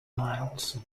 miles